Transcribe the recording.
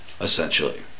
essentially